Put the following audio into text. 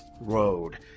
road